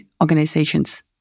organizations